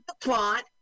plot